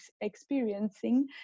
experiencing